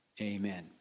amen